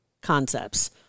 concepts